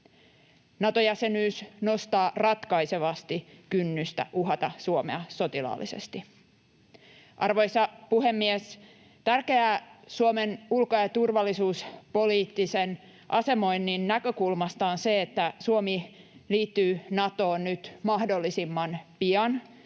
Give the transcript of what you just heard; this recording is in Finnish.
Nato-jäsenyys nostaa ratkaisevasti kynnystä uhata Suomea sotilaallisesti. Arvoisa puhemies! Tärkeää Suomen ulko- ja turvallisuuspoliittisen asemoinnin näkökulmasta on se, että Suomi liittyy Natoon nyt mahdollisimman pian,